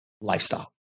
lifestyle